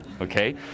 Okay